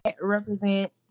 represent